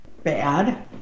bad